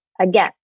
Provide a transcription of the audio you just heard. again